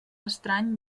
estrany